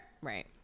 Right